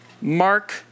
Mark